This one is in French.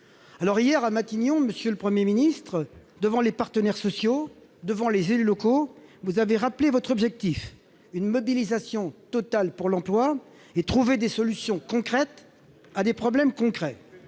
? Hier, à Matignon, monsieur le Premier ministre, devant les partenaires sociaux et les élus locaux, vous avez rappelé votre objectif : une mobilisation totale pour l'emploi et des solutions concrètes apportées à des problèmes concrets.